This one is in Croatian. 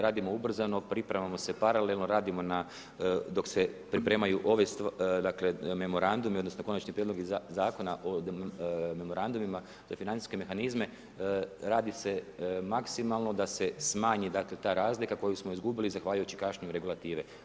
Radimo ubrzano, pripremamo se paralelno, radimo na, dok se pripremaju, dakle, memorandumi, dakle, konačni prijedlozi Zakona o memorandumima za financijske mehanizme, radi se maksimalno da se smanji ta razlika, koju smo izgubili, zahvaljujući kašnjenju regulative.